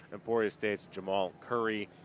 emporia state jamal curry,